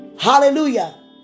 Hallelujah